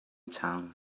town